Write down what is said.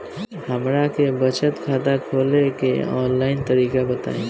हमरा के बचत खाता खोले के आन लाइन तरीका बताईं?